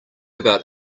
about